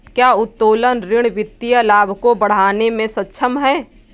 क्या उत्तोलन ऋण वित्तीय लाभ को बढ़ाने में सक्षम है?